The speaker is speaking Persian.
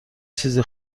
چیزی